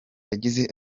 yagize